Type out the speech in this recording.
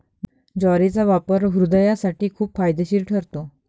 ज्वारीचा वापर हृदयासाठी खूप फायदेशीर ठरतो